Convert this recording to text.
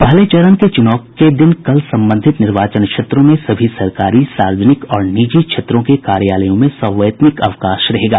पहले चरण के चुनाव के दिन कल संबंधित निर्वाचन क्षेत्रों में सभी सरकारी सार्वजनिक और निजी क्षेत्रों के कार्यालयों में सवैतनिक अवकाश रहेगा